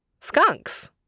skunks